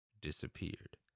Disappeared